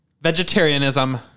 Vegetarianism